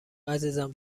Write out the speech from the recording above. عزیزم